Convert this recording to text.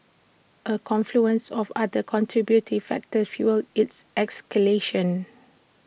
A confluence of other contributory factors fuelled its escalation